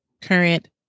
current